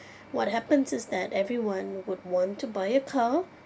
what happens is that everyone would want to buy a car